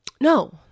No